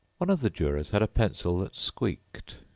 one of the jurors had a pencil that squeaked.